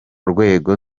rwego